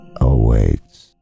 awaits